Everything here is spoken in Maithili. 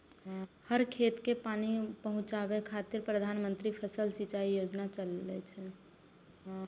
हर खेत कें पानि पहुंचाबै खातिर प्रधानमंत्री फसल सिंचाइ योजना चलै छै